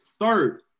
third